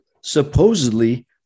supposedly